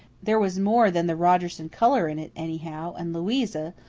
there was more than the rogerson colour in it, anyhow, and louisa,